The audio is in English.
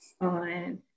on